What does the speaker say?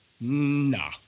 Nah